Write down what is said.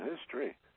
history